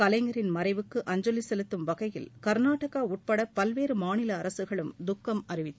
கலைஞரின் மறைவுக்கு அஞ்சலி செலுத்தும் வகையில் கா்நாடகா உட்பட பல்வேறு மாநில அரசுகளும் துக்கம் அறிவித்துள்ளன